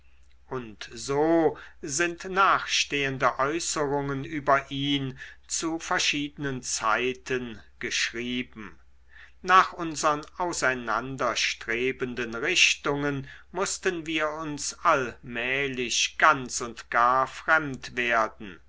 und so sind nachstehende äußerungen über ihn zu verschiedenen zeiten geschrieben nach unsern auseinander strebenden richtungen mußten wir uns allmählich ganz und gar fremd werden